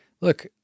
look